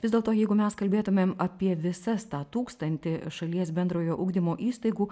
vis dėlto jeigu mes kalbėtumėm apie visą tą tūkstantį šalies bendrojo ugdymo įstaigų